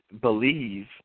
believe